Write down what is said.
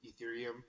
Ethereum